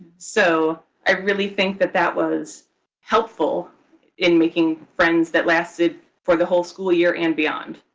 so i really think that that was helpful in making friends that lasted for the whole school year and beyond?